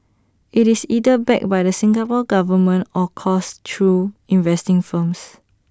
IT is either backed by the Singapore Government or coursed through investing firms